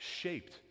shaped